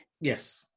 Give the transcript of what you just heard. yes